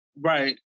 Right